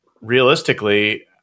realistically